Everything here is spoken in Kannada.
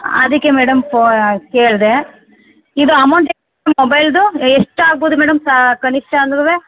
ಅದಕ್ಕೆ ಮೇಡಮ್ ಫೋ ಕೇಳಿದೆ ಇದು ಅಮೌಂಟ್ ಎಷ್ಟು ಮೊಬೈಲ್ದು ಎಷ್ಟಾಗ್ಬೋದು ಮೇಡಮ್ ಸಾ ಕನಿಷ್ಠ ಅಂದ್ರು